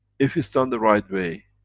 if it's done the right way,